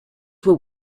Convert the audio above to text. were